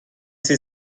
sie